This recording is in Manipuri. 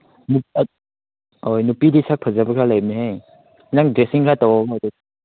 ꯅꯨꯄꯤꯗꯤ ꯁꯛ ꯐꯖꯕꯀ ꯂꯩꯕꯅꯤꯍꯦ ꯅꯪ ꯗꯦꯁꯤꯡꯒ ꯇꯧꯔꯝꯃꯣꯏꯗꯣ